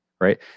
right